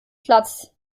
platz